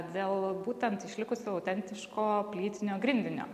dėl būtent išlikusio autentiško plytinio grindinio